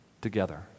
together